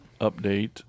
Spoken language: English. update